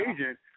agent